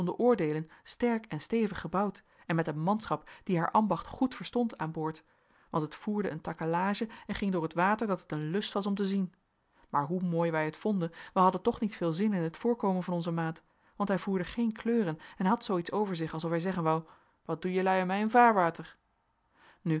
oordeelen sterk en stevig gebouwd en met een manschap die haar ambacht goed verstond aan boord want het voerde een takelage en ging door het water dat het een lust was om te zien maar hoe mooi wij het vonden wij hadden toch niet veel zin in het voorkomen van onzen maat want hij voerde geen kleuren en had zoo iets over zich alsof hij zeggen wou wat doe jelui in mijn vaarwater nu